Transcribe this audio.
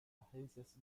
agencias